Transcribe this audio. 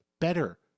better